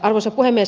arvoisa puhemies